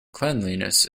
cleanliness